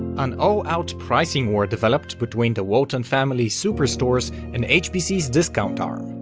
an all-out pricing war developed between the walton family's superstores and hbc's discount arm,